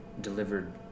delivered